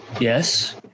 Yes